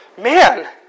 man